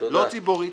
לא ציבורית,